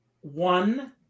one